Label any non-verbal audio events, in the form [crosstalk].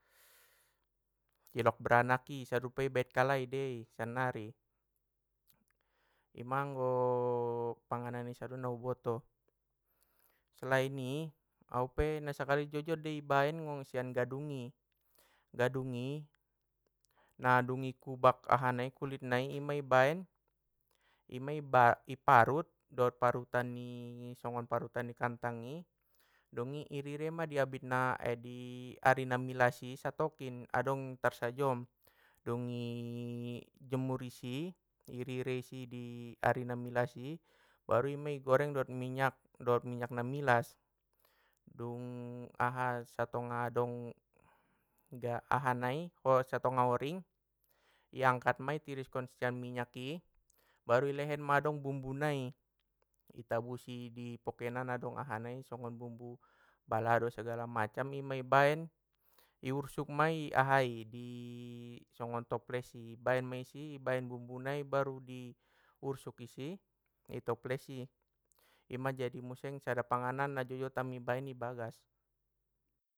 Cilok beranak i isadun pe ibaen kalai dei sannari, ima anggo [hesitation] panganan i sadun nau boto selain i? Au pe nasakali jot jot dei i baen sian gadung i, gadung i, na dung i kubak aha nai kulit nai ima ibaen ima i baen- i parut dot parutan ni [hesitation] sogon parutan ni kantang i dungi i rirei ma i abit na [hesitation] di ari na milas i satokkin adong tarsajom dungi [hesitation] jemur isi, i rirei isi di [hesitation] ari na milas i! Baru mei i goreng dot minyak na milas dung aha satongga dong [hesitation] aha nai ha- satonga horing iangkat mai i tiriskon sian minyak i baru ilehen ma adong bumbu nai i tabusi i pokenan adong ahanai songon bumbu, balado segala macam ima ibaen i ursuk mai ahai di [hesitation] sogon toples i ibaen mei isi i baen bumbu nai baru di ursuk di si i toples ima jadi muse sada panganan na jotjot ami baen i bagas.